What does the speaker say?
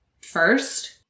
first